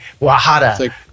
Wahada